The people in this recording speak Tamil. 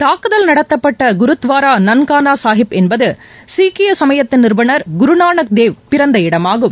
தூக்குதல் நடத்தப்பட்ட குருத்வாரா நன்கானா சாஹிப் என்பது சீக்கிய சமயத்தின் நிறுவனர் குருநானக் தேவ் பிறந்த இடமாகும்